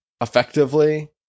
effectively